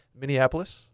Minneapolis